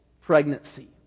pregnancy